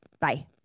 Bye